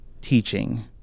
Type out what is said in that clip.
teaching